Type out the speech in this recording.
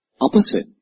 opposite